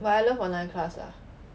but I love online class ah